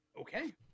Okay